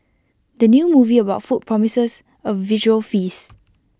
the new movie about food promises A visual feast